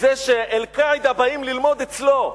זה ש"אל-קאעידה" באים ללמוד אצלו,